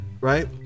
right